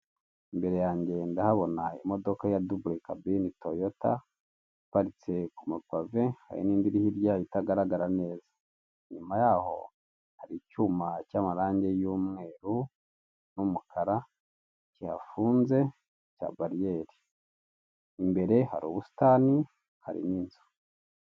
Imbere yange ndahabona imodoka ya dubure kabeni toyota, iparitse ku mapave, hari n'indi iri hirya yayo, itagaragara neza. Inyuma yaho hari icyuma cy'amarange n'umweru n'umukara kihafunze, cya bariyeri. Imbere hari ubusitani, hari n'inzu.